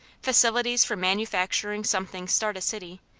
facilities for manufacturing something start a city.